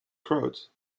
crowd